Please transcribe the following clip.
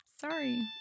sorry